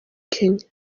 kenya